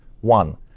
One